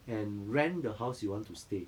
and rent the house you want to stay